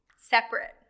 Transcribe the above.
separate